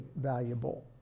valuable